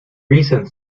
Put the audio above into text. recent